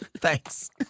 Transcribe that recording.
Thanks